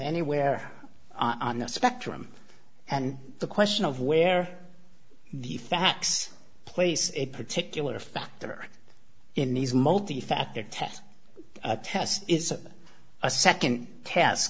anywhere on the spectrum and the question of where the facts place a particular factor in these multi factor test test is a nd task